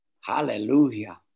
Hallelujah